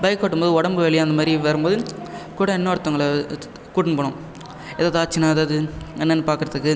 bike ஓட்டும்போது உடம்பு வலி அந்தமாதிரி வரும்போது கூட இன்னொருத்தவங்களை கூட்டுன்னு போகணும் எதாவது ஆச்சுன்னா எதாவது என்னென்னு பாக்கிறதுக்கு